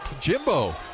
Jimbo